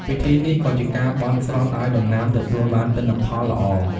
ពិធីនេះក៏ជាការបន់ស្រន់ឲ្យដំណាំទទួលបានទិន្នផលល្អ។